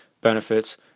benefits